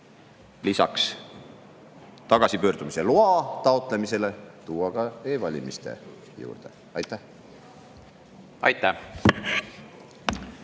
lisaks tagasipöördumise loa taotlemisele tuua ka e-valimiste juurde. Aitäh! Aitäh!